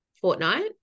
fortnight